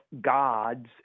God's